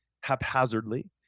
haphazardly